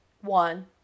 one